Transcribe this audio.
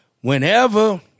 whenever